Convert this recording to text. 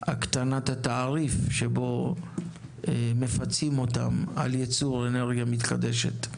הקטנת התעריף שבו מפצים אותם על ייצור אנרגיה מתחדשת.